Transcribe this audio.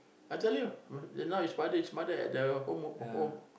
I tell you now his father his mother at the home o~ home